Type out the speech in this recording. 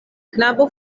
knabo